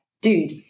dude